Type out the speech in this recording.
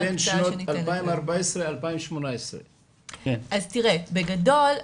בין שנות 2014 2018. בגדול,